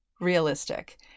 realistic